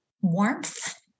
warmth